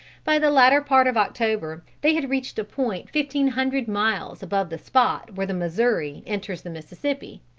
by the latter part of october they had reached a point fifteen hundred miles above the spot where the missouri enters the mississippi.